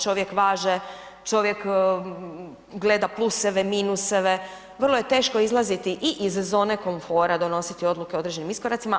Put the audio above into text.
Čovjek važe, čovjek gleda pluseve, minusove, vrlo je teško izlaziti i iz zone komfora, donositi odluke o određenim iskoracima.